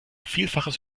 vielfaches